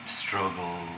struggle